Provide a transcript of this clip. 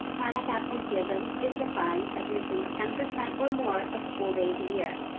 chronic absenteeism is defined as missing ten percent or more of school days a year.